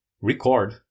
record